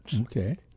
Okay